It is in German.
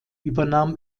übernahm